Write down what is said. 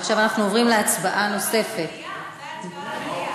ועכשיו אנחנו עוברים להצבעה נוספת, לא, זאת הצבעה